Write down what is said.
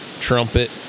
trumpet